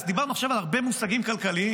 דיברנו עכשיו על הרבה מושגים כלכליים,